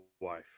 wife